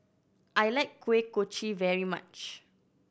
I like Kuih Kochi very much